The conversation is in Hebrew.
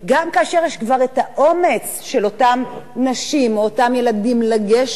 גם כאשר יש כבר האומץ לאותן נשים או אותם ילדים לגשת,